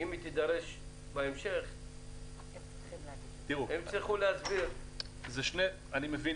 תידרש לזה בהמשך היא תצטרך להסביר --- אני מבין